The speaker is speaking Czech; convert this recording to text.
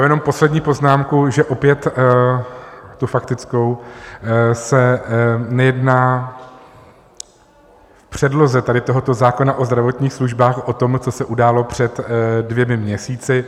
Jenom poslední poznámku, že opět, tu faktickou, se nejedná v předloze tady tohoto zákona o zdravotních službách, i o tom, co se událo před dvěma měsíci.